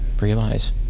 realize